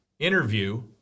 interview